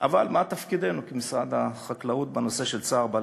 אבל מה תפקידנו כמשרד החקלאות בנושא של צער בעלי-חיים?